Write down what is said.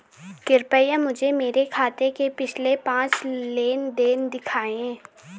कृपया मुझे मेरे खाते के पिछले पांच लेन देन दिखाएं